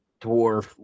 dwarf